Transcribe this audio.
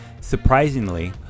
surprisingly